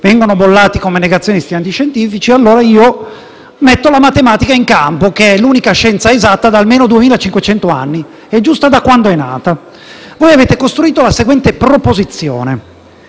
vengono bollati come negazionisti antiscientifici, allora metto la matematica in campo, che è l'unica scienza esatta da almeno 2.500 anni: è giusta da quando è nata. Avete costruito la seguente proposizione: